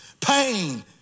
pain